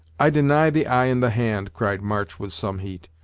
i deny the eye and the hand, cried march with some heat.